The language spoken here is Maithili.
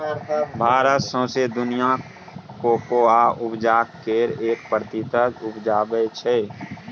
भारत सौंसे दुनियाँक कोकोआ उपजाक केर एक प्रतिशत उपजाबै छै